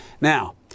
Now